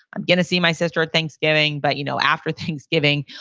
i'm going to see my sister at thanksgiving, but you know after thanksgiving,